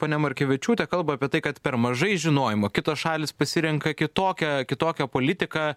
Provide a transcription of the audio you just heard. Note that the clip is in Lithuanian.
ponia markevičiūtė kalba apie tai kad per mažai žinojimo kitos šalys pasirenka kitokią kitokią politiką